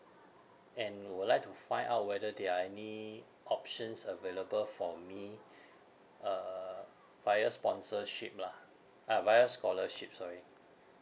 and would like to find out whether there are any options available for me uh via sponsorship lah uh via scholarship sorry